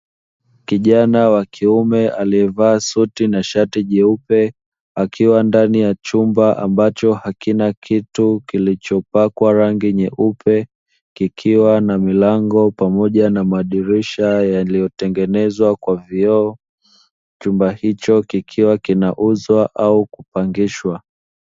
Kijana wa kiume aliyevalia suti na shati nyeupe, akiwa ndani ya chumba ambacho hakina kitu kilichopakwa rangi nyeupe, kikiwa na milango pamoja na madirisha yaliyotengenezwa kwa vioo, chumba hicho kikiwa kinauzwa au kupangishwa.